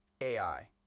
AI